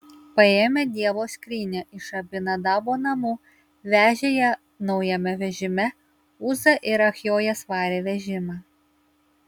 paėmę dievo skrynią iš abinadabo namų vežė ją naujame vežime uza ir achjojas varė vežimą